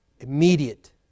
immediate